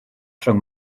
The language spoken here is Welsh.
rhwng